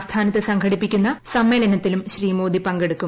ആസ്ഥാനത്ത് സംഘടിപ്പിക്കുന്ന സമ്മേളനത്തിലും പങ്കെടുക്കും